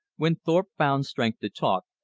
when thorpe found strength to talk,